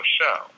show